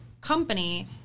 company